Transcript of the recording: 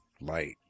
light